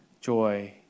joy